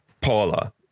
Paula